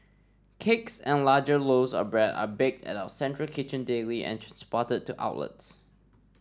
cakes and larger loaves of bread are baked at our central kitchen daily and transported to outlets